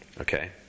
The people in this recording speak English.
okay